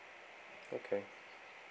okay